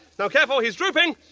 now careful, he's drooping.